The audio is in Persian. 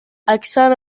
اکثر